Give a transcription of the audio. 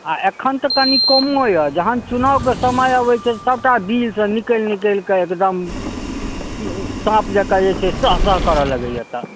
आ एखन तऽ कनी कमो यऽ जहन चुनाव के समय अबै छै तऽ सबटा बिल सँ निकलि निकलि कऽ एकदम साँप जकाँ जे छै सह सह करए लगैया तऽ